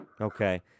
Okay